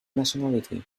nationality